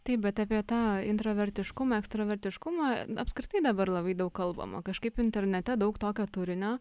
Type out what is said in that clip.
taip bet apie tą intravertiškumą ekstravertiškumą apskritai dabar labai daug kalbama kažkaip internete daug tokio turinio